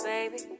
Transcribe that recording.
Baby